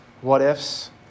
what-ifs